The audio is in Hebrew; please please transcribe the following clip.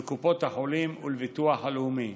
לקופות החולים ולביטוח הלאומי.